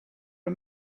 are